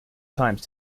times